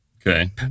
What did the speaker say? Okay